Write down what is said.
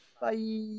Bye